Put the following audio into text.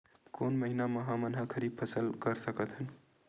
कोन महिना म हमन ह खरीफ फसल कर सकत हन?